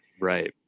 right